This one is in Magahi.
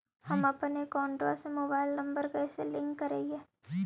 हमपन अकौउतवा से मोबाईल नंबर कैसे लिंक करैइय?